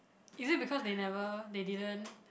is it because they never they didn't